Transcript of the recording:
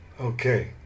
Okay